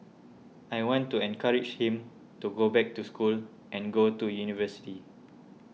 I want to encourage him to go back to school and go to university